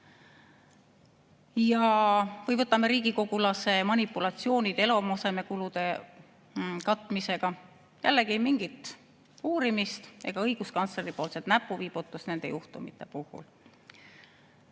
Või võtame riigikogulase manipulatsioonid elamuasemekulude katmisega. Jällegi ei mingit uurimist ega õiguskantsleri näpuviibutust nende juhtumite puhul.